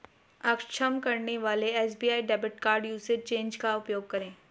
अक्षम करने वाले SBI debit card usage change का उपयोग करें